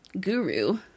guru